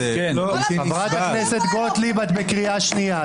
--- חברת הכנסת גוטליב, את בקריאה שנייה.